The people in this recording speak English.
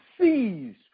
seized